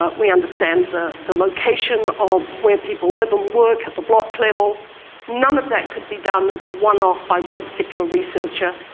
ah we understand the the location of where people live and work, the block level none of that could be done as a one-off by one particular researcher.